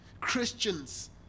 Christians